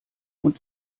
und